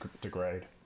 degrade